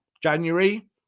January